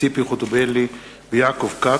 ציפי חוטובלי ויעקב כץ.